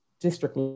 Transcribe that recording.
district